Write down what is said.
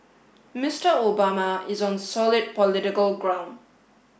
Mister Obama is on solid political ground